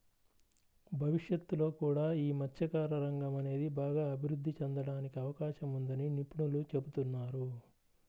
భవిష్యత్తులో కూడా యీ మత్స్యకార రంగం అనేది బాగా అభిరుద్ధి చెందడానికి అవకాశం ఉందని నిపుణులు చెబుతున్నారు